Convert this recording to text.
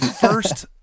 first